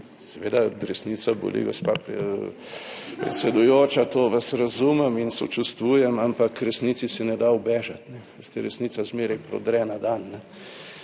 Seveda, resnica boli, gospa predsedujoča, to vas razumem in sočustvujem, ampak resnici se ne da ubežati. Veste, resnica zmeraj prodre na dan